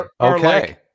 Okay